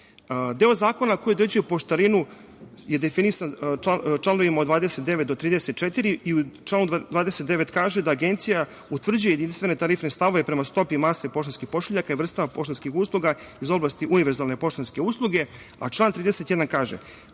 zakona koji određuje poštarinu je definisan članovima od 29. do 34.Član 29. kaže - Agencija utvrđuje jedinstvene tarifne stavove prema stopi mase poštanskih pošiljaka i vrstama poštanskih usluga iz oblasti univerzalne poštanske usluge. Član 31. kaže